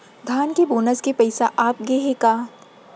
धान के बोनस के पइसा आप गे हे का?